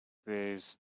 these